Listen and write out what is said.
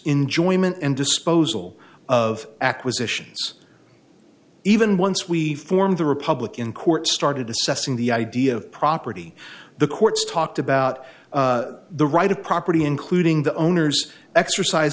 enjoyment and disposal of acquisitions even once we formed the republican court started assessing the idea of property the courts talked about the right of property including the owners exercise